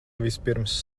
vispirms